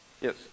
Yes